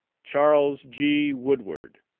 charles g. woodward.